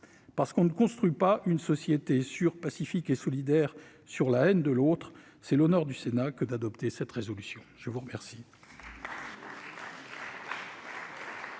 Parce qu'on ne construit pas une société sûre, pacifique et solidaire sur la haine de l'autre, c'est l'honneur du Sénat que d'adopter cette proposition de résolution.